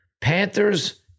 Panthers